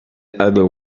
other